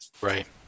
Right